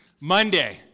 Monday